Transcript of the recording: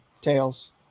tails